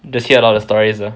just hear a lot of stories ah